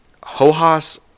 Hojas